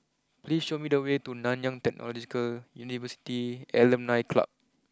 please show me the way to Nanyang Technological University Alumni Club